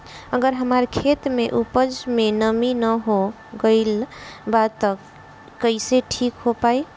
अगर हमार खेत में उपज में नमी न हो गइल बा त कइसे ठीक हो पाई?